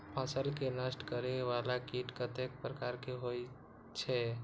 फसल के नष्ट करें वाला कीट कतेक प्रकार के होई छै?